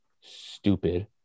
stupid